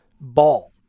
ball